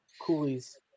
coolies